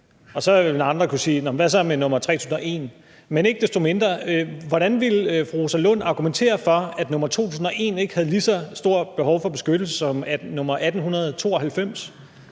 Og så ville andre kunne sige: Men hvad så med nr. 3.001? Ikke desto mindre: Hvordan ville fru Rosa Lund argumentere for, at nr. 2.001 ikke havde et lige så stort behov for beskyttelse som nr. 1.892